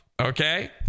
okay